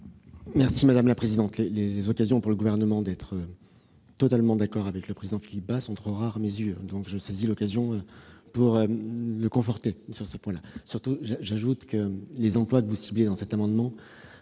l'avis du Gouvernement ? Les occasions pour le Gouvernement d'être totalement d'accord avec le président Philippe Bas sont trop rares à mes yeux. Je saisis l'occasion pour le conforter sur ce point ! J'ajoute que les emplois ciblés dans cet amendement